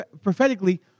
prophetically